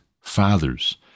fathers